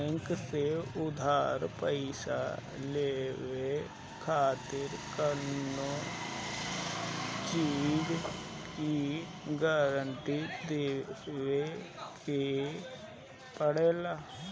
bank से उधार पईसा लेवे खातिर कवनो चीज के गारंटी देवे के पड़ेला